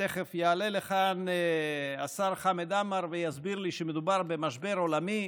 תכף יעלה לכאן השר חמד עמאר ויסביר לי שמדובר במשבר עולמי,